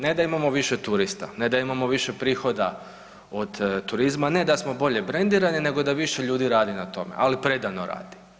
Ne da imamo više turista, ne da imamo više prihoda od turizma, ne da smo bolje brendirani, nego da više ljudi radi na tome, ali predano radi.